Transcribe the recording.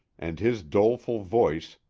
and his doleful voice,